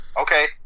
okay